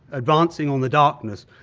advancing on the darkness,